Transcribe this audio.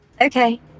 Okay